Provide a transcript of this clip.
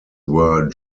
were